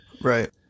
Right